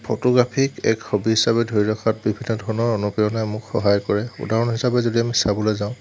ফটোগ্ৰাফীক এক হবি হিচাপে ধৰি ৰখাত বিভিন্ন ধৰণৰ অনুপ্ৰেৰণাই মোক সহায় কৰে উদাহৰণ হিচাপে যদি আমি চাবলৈ যাওঁ